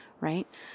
Right